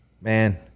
man